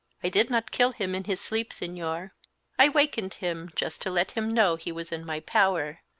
i did not kill him in his sleep, senor i wakened him, just to let him know he was in my power,